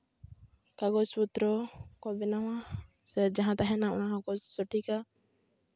ᱠᱟᱜᱚᱡᱽ ᱯᱚᱛᱨᱚ ᱠᱚ ᱵᱮᱱᱟᱣᱟ ᱥᱮ ᱡᱟᱦᱟᱸ ᱛᱟᱦᱮᱱᱟ ᱚᱱᱟ ᱦᱚᱸᱠᱚ ᱥᱚᱴᱷᱤᱠᱟ